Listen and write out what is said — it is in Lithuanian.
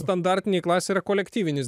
standartiniai klasė yra kolektyvinis